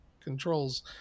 controls